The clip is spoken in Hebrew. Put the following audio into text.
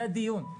זה הדיון.